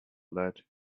lead